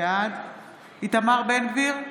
בעד איתמר בן גביר,